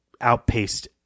outpaced